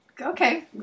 Okay